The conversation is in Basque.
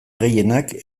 gehienak